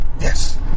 Yes